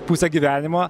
pusė gyvenimo